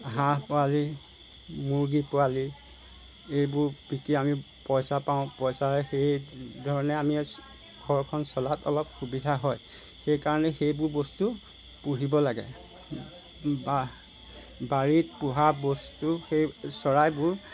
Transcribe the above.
হাঁহ পোৱালি মুৰ্গী পোৱালি এইবোৰ বিকি আমি পইচা পাওঁ পইচাৰে সেইধৰণে আমি ঘৰখন চলাত অলপ সুবিধা হয় সেইকাৰণেই সেইবোৰ বস্তু পুহিব লাগে বাৰীত পোহা বস্তু সেই চৰাইবোৰ